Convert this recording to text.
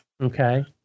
Okay